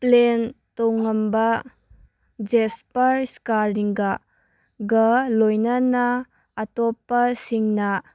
plane ꯇꯣꯡꯂꯝꯕ ꯖꯦꯁꯄꯔ ꯏꯁꯀꯥꯔꯤꯡꯒ ꯂꯣꯏꯅꯅ ꯑꯇꯣꯞꯄꯁꯤꯡꯅ